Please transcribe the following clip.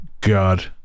God